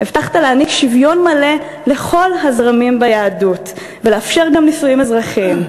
הבטחת להעניק שוויון מלא לכל הזרמים ביהדות ולאפשר גם נישואים אזרחיים.